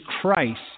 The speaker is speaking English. Christ